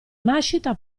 nascita